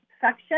section